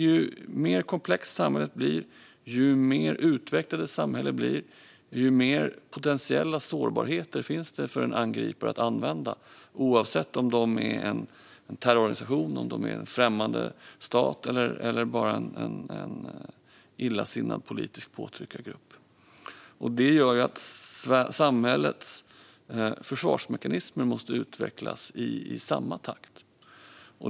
Ju mer komplext och utvecklat ett samhälle blir, desto fler potentiella sårbarheter finns det för en angripare att utnyttja - oavsett om det rör sig om en terrororganisation, en främmande stat eller bara en illasinnad politisk påtryckargrupp. Det gör att samhällets försvarsmekanismer måste utvecklas i samma takt.